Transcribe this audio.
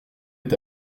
est